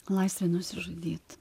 laisvę nusižudyt